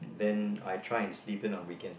then I try and sleep in on weekend